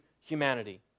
humanity